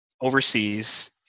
overseas